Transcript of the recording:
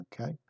okay